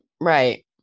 Right